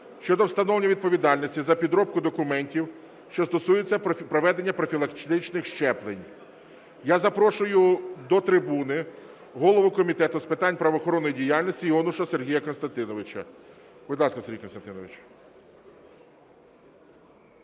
щодо встановлення відповідальності за підробку документів, що стосуються проведення профілактичних щеплень. Я запрошую до трибуни голову Комітету з питань правоохоронної діяльності Іонушаса Сергія Костянтиновича. Будь ласка, Сергій Костянтинович.